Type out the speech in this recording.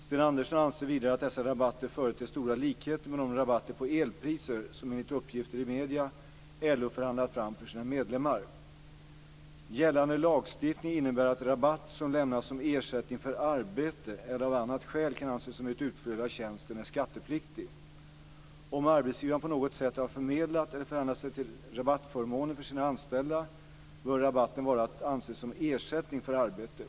Sten Andersson anser vidare att dessa rabatter företer stora likheter med de rabatter på elpriser som, enligt uppgifter i medierna, LO förhandlat fram för sina medlemmar. Gällande lagstiftning innebär att rabatt som lämnas som ersättning för arbete eller av annat skäl kan anses som ett utflöde av tjänsten är skattepliktig. Om arbetsgivaren på något sätt har förmedlat eller förhandlat sig till rabattförmåner för sina anställda bör rabatten vara att anse som ersättning för arbete.